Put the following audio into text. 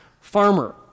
farmer